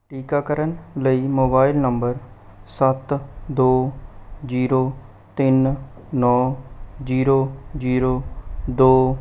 ਟੀਕਾਕਰਨ ਲਈ mobile number ਸੱਤ ਦੋ ਜੀਰੋ ਤਿੰਨ ਨੌ ਜੀਰੋ ਜੀਰੋ ਦੋ